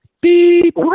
Beep